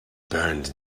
burned